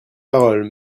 parole